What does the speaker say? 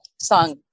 song